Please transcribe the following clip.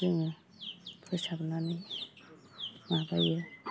जोङो फोसाबनानै माबायो